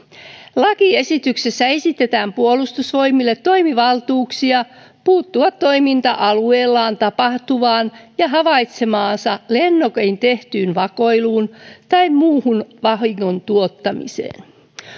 lakiesityksessä esitetään puolustusvoimille toimivaltuuksia puuttua toiminta alueellaan tapahtuvaan ja havaitsemaansa lennokein tehtyyn vakoiluun tai muuhun vahingon tuottamiseen